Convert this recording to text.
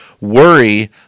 Worry